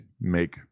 make